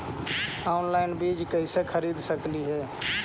Online बीज कईसे खरीद सकली हे?